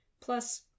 Plus